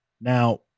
now